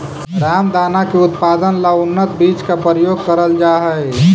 रामदाना के उत्पादन ला उन्नत बीज का प्रयोग करल जा हई